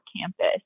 campus